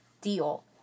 deal